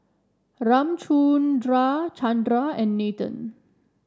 Ramchundra Chandra and Nathan